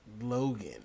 Logan